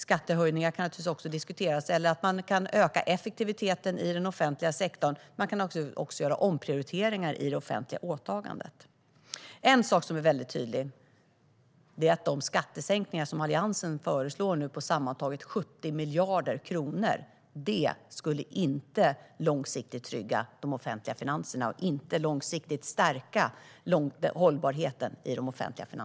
Skattehöjningar kan naturligtvis också diskuteras, liksom ökad effektivitet i den offentliga sektorn. Man kan även göra omprioriteringar i det offentliga åtagandet. En sak som är väldigt tydlig är att de skattesänkningar på sammantaget 70 miljarder kronor som Alliansen nu föreslår inte skulle trygga de offentliga finanserna långsiktigt eller stärka deras hållbarhet långsiktigt.